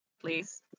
Please